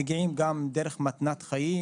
קודם כל, התורמים מגיעים גם דרך מתנת חיים,